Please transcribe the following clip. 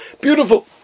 beautiful